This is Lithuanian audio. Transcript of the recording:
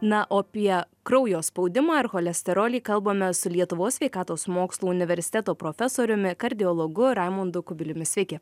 na o apie kraujo spaudimą ir cholesterolį kalbame su lietuvos sveikatos mokslų universiteto profesoriumi kardiologu raimondu kubiliumi sveiki